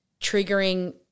triggering